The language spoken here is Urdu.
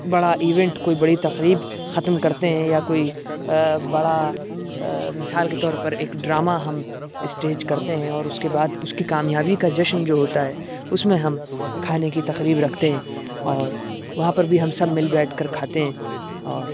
بڑا ایونٹ کوئی بڑی تقریب ختم کرتے ہیں یا کوئی بڑا مثال کے طور پر ایک ڈرامہ ہم اسٹیج کرتے ہیں اور اس کے بعد اس کی کامیابی کا جشن جو ہوتا ہے اس میں ہم کھانے کی تقریب رکھتے ہیں اور وہاں پر بھی ہم سب مل بیٹھ کر کھاتے ہیں اور